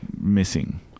missing